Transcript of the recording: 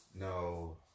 No